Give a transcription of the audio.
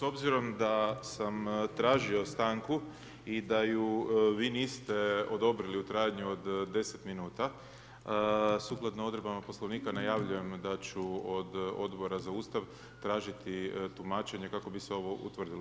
S obzirom da sam tražio stanku, i da ju vi niste odobrili u trajanju od 10 minuta, sukladno odredbama Poslovnika, najavljujem da ću od Odbora za Ustav tražiti tumačenje kako bi se ovo utvrdilo.